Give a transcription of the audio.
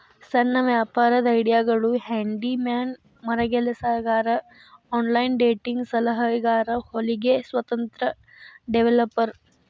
ಸಣ್ಣ ವ್ಯಾಪಾರದ್ ಐಡಿಯಾಗಳು ಹ್ಯಾಂಡಿ ಮ್ಯಾನ್ ಮರಗೆಲಸಗಾರ ಆನ್ಲೈನ್ ಡೇಟಿಂಗ್ ಸಲಹೆಗಾರ ಹೊಲಿಗೆ ಸ್ವತಂತ್ರ ಡೆವೆಲಪರ್